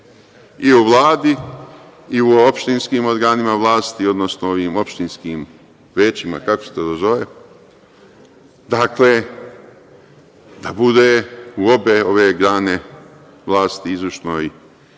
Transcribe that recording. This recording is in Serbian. i u Vladi, i u opštinskim organima vlasti, odnosno ovim opštinskim većima, kako se to zove. Dakle, da bude u obe grane vlasti, i izvršnoj i